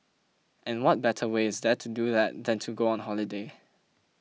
and what better way is there to do that than to go on holiday